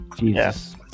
Yes